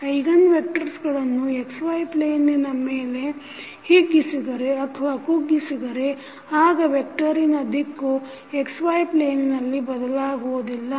eigen ವೆಕ್ಟರ್ಗಳನ್ನು XY plane ಮೇಲೆ ಹಿಗ್ಗಿಸಿದರೆ ಅಥವಾ ಕುಗ್ಗಿಸಿದರೆ ಆಗ ವೆಕ್ಟರಿನ ದಿಕ್ಕು XY ಪ್ಲೇನಿನಲ್ಲಿ ಬದಲಾಗುವುದಿಲ್ಲ